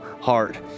heart